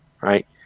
right